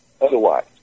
otherwise